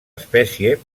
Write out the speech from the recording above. espècie